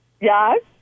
Yes